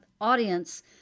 audience